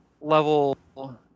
level